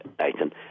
Nathan